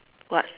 what